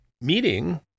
meeting